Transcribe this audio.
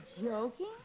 joking